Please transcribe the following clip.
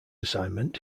assignment